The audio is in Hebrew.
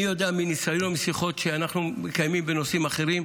אני יודע משיחות שאנחנו מקיימים בנושאים אחרים,